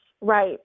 Right